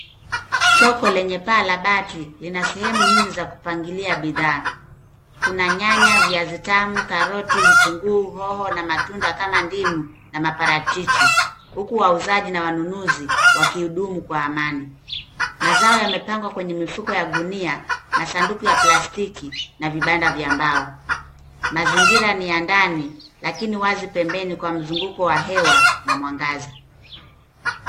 Soko lenye paa la bati lina sehemu nyingi za kupangilia bidhaa. Kuna nyanya, viazi tamu, karoti, vitunguu, hoho na matunda kama ndimu na maparachichi. Huku wauzaji na wanunuzi wakihudumu kwa amani. Mazao yamepangwa kwenye mifuko ya gunia na sanduku la plastiki na vibanda vya mbao. Mazingira ni ya ndani lakini wazi pembeni kwa mzunguko wa hewa na mwangaza.